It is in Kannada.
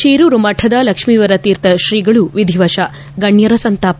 ಶಿರೂರು ಮಠದ ಲಕ್ಷೀವರ ತೀರ್ಥ ಶ್ರೀಗಳು ವಿಧಿವಶ ಗಣ್ಯರ ಸಂತಾಪ